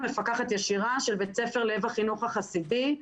מפקחת ישירה של בית ספר לב החינוך החסידי.